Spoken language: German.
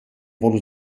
wurde